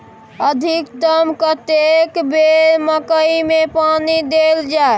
अधिकतम कतेक बेर मकई मे पानी देल जाय?